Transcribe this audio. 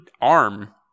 arm